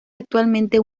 actualmente